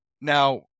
Now